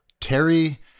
Terry